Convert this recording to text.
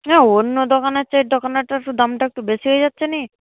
হ্যাঁ অন্য দোকানের চেয়ে এই দোকানে দামটা একটু বেশি হয়ে যাচ্ছে না